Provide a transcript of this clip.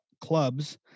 clubs